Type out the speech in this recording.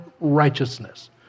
righteousness